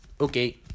Okay